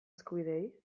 eskubideei